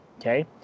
Okay